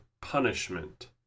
punishment